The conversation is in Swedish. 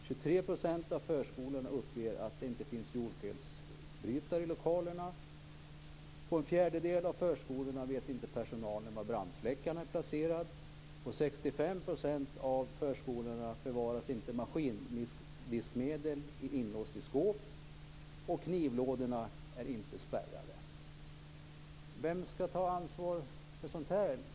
23 % av förskolorna uppger att det inte finns jordfelsbrytare i lokalerna. På en fjärdedel av förskolorna vet inte personalen var brandsläckaren är placerad. På 65 % av förskolorna förvaras inte maskindiskmedel inlåst i skåp, och knivlådorna är inte spärrade. Vem skall ta ansvar för sådant här?